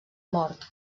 mort